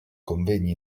convegni